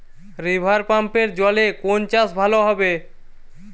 রিভারপাম্পের জলে কোন চাষ ভালো হবে?